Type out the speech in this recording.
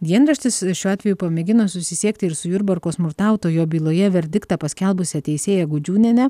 dienraštis šiuo atveju pamėgino susisiekti ir su jurbarko smurtautojo byloje verdiktą paskelbusia teisėja gudžiūniene